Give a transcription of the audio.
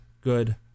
good